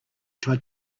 tried